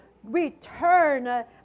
return